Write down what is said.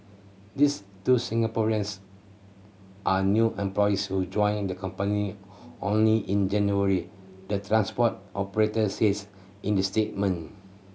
this two Singaporeans are new employees who joined the company only in January the transport operator says in the statement